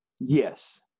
yes